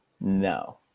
No